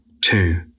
Two